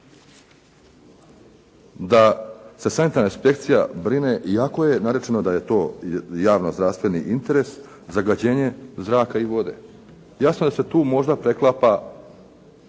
da se sanitarna inspekcija brine, iako je rečeno da je to javno zdravstveni interes, zagađenje zraka i vode. Jasno da se tu možda preklapa